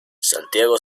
santiago